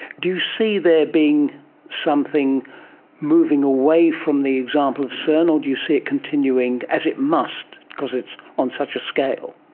do you see there being something moving away from the example of cern or do you see it continuing, as it must, because it's on such a scale?